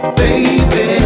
baby